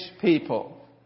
people